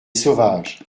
sauvages